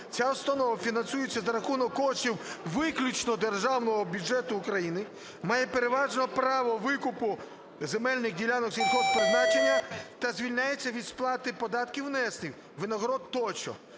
Ця установа фінансується за рахунок коштів виключно Державного бюджету України, має переважне право викупу земельних ділянок сільгосппризначення та звільняється від сплати податків, внесків, винагород тощо.